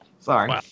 sorry